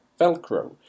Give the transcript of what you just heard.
velcro